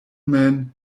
man